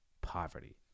poverty